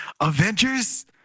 Avengers